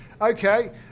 Okay